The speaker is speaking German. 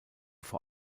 vor